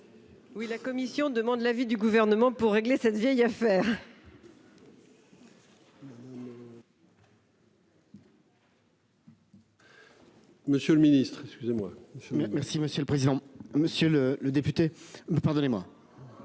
Oui, la commission demande l'avis du gouvernement pour régler cette vieille affaire.